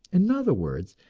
in other words,